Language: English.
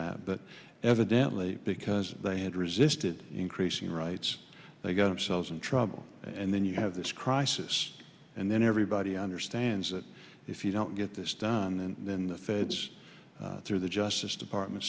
that but evidently because they had resisted increasing rights they got themselves in trouble and then you have this crisis and then everybody understands that if you don't get this done and then the feds through the justice department